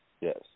Yes